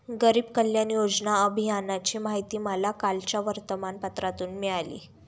गरीब कल्याण योजना अभियानाची माहिती मला कालच्या वर्तमानपत्रातून मिळाली